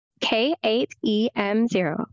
K8EM0